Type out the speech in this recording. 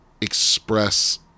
express